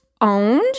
owned